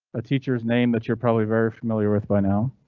a teachers name that you're probably very familiar with by now.